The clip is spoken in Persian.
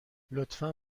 لطفا